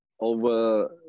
Over